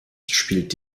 spielt